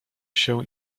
się